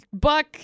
buck